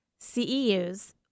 CEUs